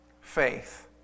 faith